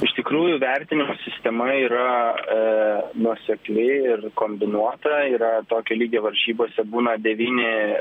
iš tikrųjų vertinimo sistema yra nuosekli ir kombinuota yra tokio lygio varžybose būna devyni